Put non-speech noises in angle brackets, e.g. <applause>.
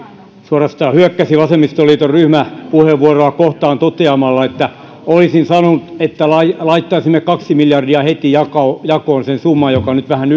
suorastaan hyökkäsi vasemmistoliiton ryhmäpuheenvuoroa kohtaan toteamalla että olisin sanonut että laittaisimme kaksi miljardia heti jakoon sen summan joka nyt vähän <unintelligible>